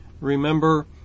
Remember